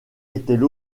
étaient